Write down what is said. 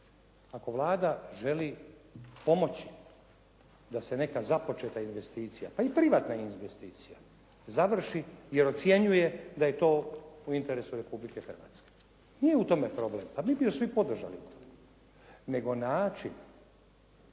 ako Vlada želi pomoći da se neka započeta investicija, pa i privatna investicija završi jer ocjenjuje da je to u interesu Republike Hrvatske. Nije u tome problem. Pa mi bi je svi podržali, nego način